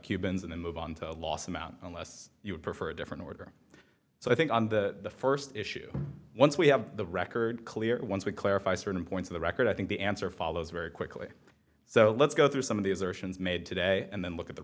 cubans and then move on to the last amount unless you would prefer a different order so i think on the first issue once we have the record clear once we clarify certain points of the record i think the answer follows very quickly so let's go through some of these are actions made today and then look at the